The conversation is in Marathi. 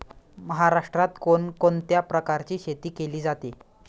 महाराष्ट्रात कोण कोणत्या प्रकारची शेती केली जाते?